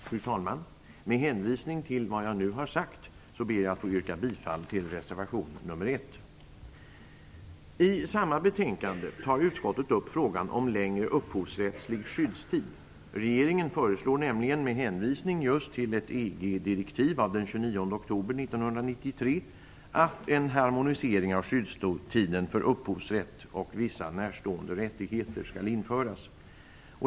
Fru talman! Med hänvisning till vad jag nu har sagt ber jag att få yrka bifall till reservation nr 1. I samma betänkande tar utskottet upp frågan om längre upphovsrättslig skyddstid. Regeringen föreslår nämligen, med hänvisning just till ett EG-direktiv av den 29 oktober 1993, att en harmonisering av skyddstiden för upphovsrätt och vissa närstående rättigheter skall införas.